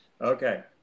Okay